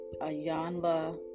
Ayanla